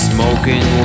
Smoking